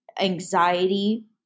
anxiety